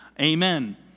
amen